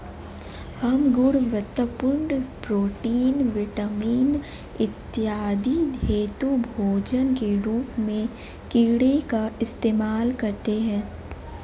हम गुणवत्तापूर्ण protein, vitamin इत्यादि हेतु भोजन के रूप में कीड़े का इस्तेमाल करते हैं